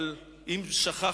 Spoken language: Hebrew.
אם שכחת,